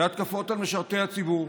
והתקפות על משרתי הציבור,